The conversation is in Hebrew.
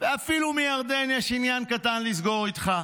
ואפילו מירדן, יש עניין קטן לסגור איתך.